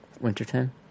wintertime